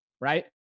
right